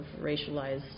racialized